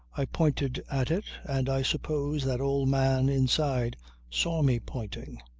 i pointed at it and i suppose that old man inside saw me pointing.